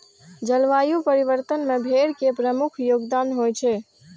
जलवायु परिवर्तन मे भेड़ के प्रमुख योगदान होइ छै